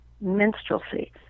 minstrelsy